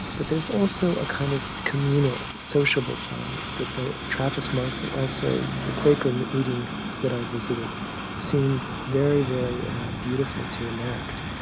but there's also a kind of communal sociable silence that the trappist monks and also the quaker meetings that i visited seem very, very beautiful to enact.